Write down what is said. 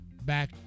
back